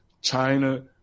China